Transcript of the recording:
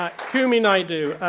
kumi naidoo,